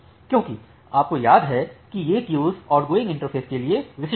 क्योंकि आपको याद है कि ये क्यूज़ आउटगोइंग इंटरफ़ेस के लिए विशिष्ट हैं